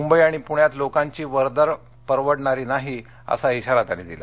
मुंबई आणि पूण्यात लोकांची वर्दळ परवडणारी नाही असा इशारा त्यांनी दिला